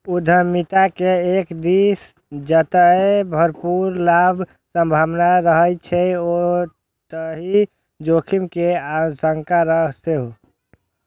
उद्यमिता मे एक दिस जतय भरपूर लाभक संभावना रहै छै, ओतहि जोखिम के आशंका सेहो